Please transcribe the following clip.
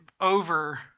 over